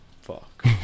fuck